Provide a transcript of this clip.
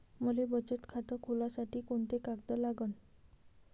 मले बचत खातं खोलासाठी कोंते कागद लागन?